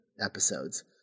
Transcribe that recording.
episodes